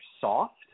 soft